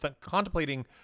contemplating